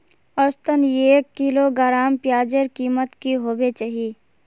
औसतन एक किलोग्राम प्याजेर कीमत की होबे चही?